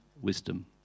wisdom